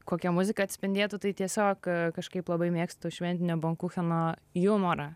kokia muzika atspindėtų tai tiesiog kažkaip labai mėgstu šventinio bankucheno jumorą